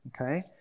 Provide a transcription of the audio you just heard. Okay